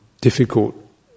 difficult